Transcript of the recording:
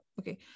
okay